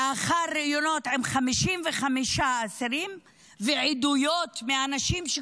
לאחר ראיונות עם 55 אסירים ועדויות מאנשים,